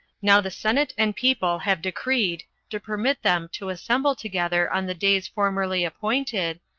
now the senate and people have decreed to permit them to assemble together on the days formerly appointed,